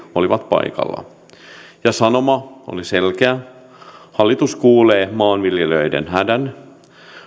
olivat paikalla sanoma oli selkeä hallitus kuulee maanviljelijöiden hädän